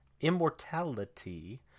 immortality